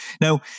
Now